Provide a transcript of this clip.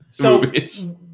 movies